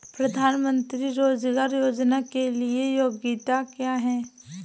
प्रधानमंत्री रोज़गार योजना के लिए योग्यता क्या है?